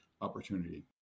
opportunity